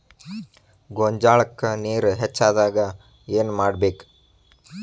ಗೊಂಜಾಳಕ್ಕ ನೇರ ಹೆಚ್ಚಾದಾಗ ಏನ್ ಮಾಡಬೇಕ್?